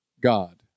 God